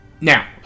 now